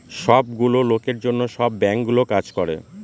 সব গুলো লোকের জন্য সব বাঙ্কগুলো কাজ করে